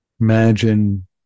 Imagine